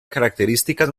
características